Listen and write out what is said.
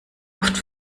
oft